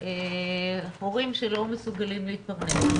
הורים שלא מסוגלים להתפרנס,